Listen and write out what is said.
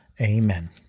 Amen